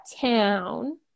town